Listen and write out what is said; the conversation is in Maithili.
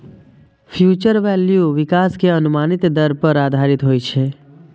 फ्यूचर वैल्यू विकास के अनुमानित दर पर आधारित होइ छै